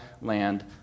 land